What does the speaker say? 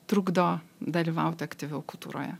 trukdo dalyvauti aktyviau kultūroje